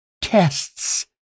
tests